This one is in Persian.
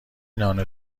نان